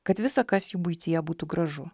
kad visa kas jų buityje būtų gražu